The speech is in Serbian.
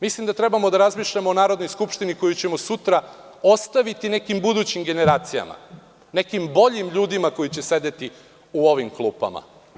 Mislim da treba da razmišljamo o Narodnoj skupštini koju ćemo sutra ostaviti nekim budućim generacijama, nekim boljim ljudima koji će sedeti u ovim klupama.